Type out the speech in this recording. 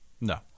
No